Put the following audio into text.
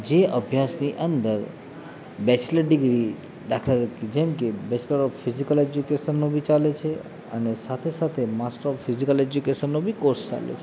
જે અભ્યાસની અંદર બેચલર ડિગ્રી દાખલા તર જેમ કે બેચલર ઓફ ફિઝિકલ એજ્યુકેસનનું બી ચાલે છે અને સાથે સાથે માસ્ટર ઓફ ફિઝિકલ એજ્યુકેસનનો બી કોર્સ ચાલે છે